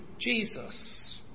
Jesus